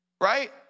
right